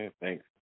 Thanks